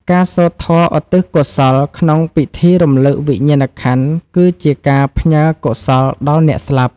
ការសូត្រធម៌ឧទ្ទិសកុសលក្នុងពិធីរំលឹកវិញ្ញាណក្ខន្ធ គឺជាការផ្ញើកុសលដល់អ្នកស្លាប់។